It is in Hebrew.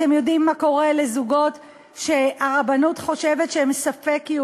אתם יודעים מה קורה לזוגות שהרבנות חושבת שהם ספק-יהודים,